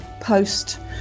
post